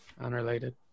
Unrelated